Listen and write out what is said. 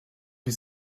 was